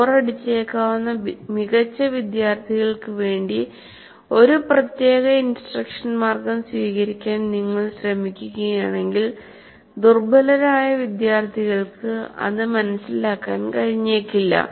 ബോറടിച്ചേക്കാവുന്ന മികച്ച വിദ്യാർത്ഥികൾക്ക് വേണ്ടി ഒരു പ്രത്യേക ഇൻസ്ട്രക്ഷൻ മാർഗം സ്വീകരിക്കാൻ നിങ്ങൾ ശ്രമിക്കുകയാണെങ്കിൽ ദുർബലരായ വിദ്യാർത്ഥികൾക്ക് അത് മനസിലാക്കാൻ കഴിഞ്ഞേക്കില്ല